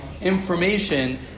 information